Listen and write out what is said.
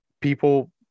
people